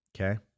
Okay